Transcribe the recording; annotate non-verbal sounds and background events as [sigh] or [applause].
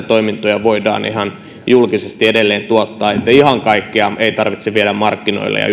[unintelligible] toimintoja voidaan ihan julkisesti edelleen tuottaa että ihan kaikkea ei tarvitse viedä markkinoille ja [unintelligible]